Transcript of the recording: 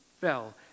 fell